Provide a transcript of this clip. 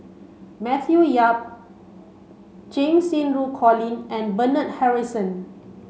Matthew Yap Cheng Xinru Colin and Bernard Harrison